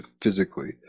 physically